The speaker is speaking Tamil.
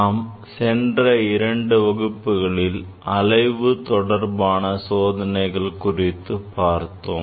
நாம் சென்ற இரண்டு வகுப்புகளில் அலைவு தொடர்பான சோதனைகள் குறித்து பார்த்தோம்